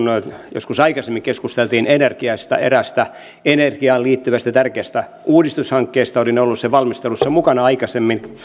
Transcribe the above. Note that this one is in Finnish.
joskus aikaisemmin keskusteltiin energiasta eräästä energiaan liittyvästä tärkeästä uudistushankkeesta olin ollut sen valmistelussa mukana aikaisemmin